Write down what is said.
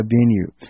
venue